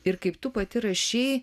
ir kaip tu pati rašei